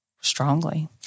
strongly